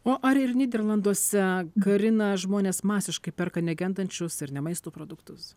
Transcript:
o ar ir nyderlanduose karina žmonės masiškai perka negendančius ir ne maisto produktus